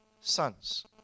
sons